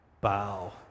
bow